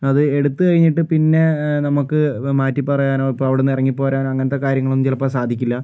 അത് എടുത്ത് കഴിഞ്ഞിട്ട് പിന്നെ നമുക്ക് മാറ്റി പറയാനോ ഇപ്പോൾ അവിടുന്ന് ഇറങ്ങി പോരാനോ അങ്ങനത്തെ കാര്യങ്ങളൊന്നും ചിലപ്പോൾ സാധിക്കില്ല